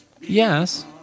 Yes